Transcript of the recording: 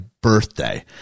birthday